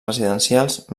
residencials